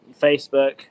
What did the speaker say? Facebook